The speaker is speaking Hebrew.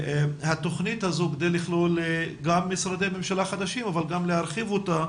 התוכנית הזו כדי לכלול גם משרדי ממשלה חדשים אבל גם להרחיב אותה